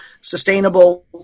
sustainable